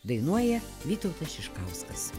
dainuoja vytautas šiškauskas